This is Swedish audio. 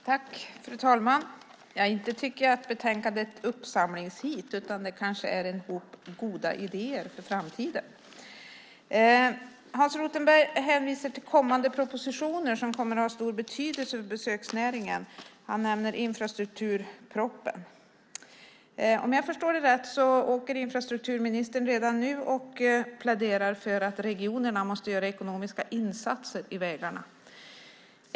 Fru talman! Ja, inte tycker jag att betänkandet är ett uppsamlingsheat, utan det är kanske en hop goda idéer för framtiden. Hans Rothenberg hänvisar till kommande propositioner som kommer att ha stor betydelse för besöksnäringen. Han nämner infrastrukturpropositionen. Om jag förstår det rätt åker infrastrukturministern redan nu ut och pläderar för att regionerna måste göra ekonomiska insatser när det gäller vägarna.